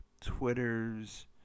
Twitter's